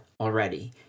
already